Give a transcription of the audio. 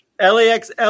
LAX